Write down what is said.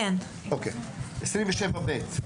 לסעיף 27(ב).